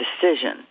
decision